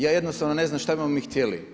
Ja jednostavno ne znam šta bismo mi htjeli?